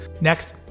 Next